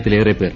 ത്തിലേറെ പേർ